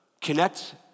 connect